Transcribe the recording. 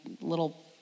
little